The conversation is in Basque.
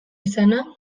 izana